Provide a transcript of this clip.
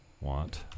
Want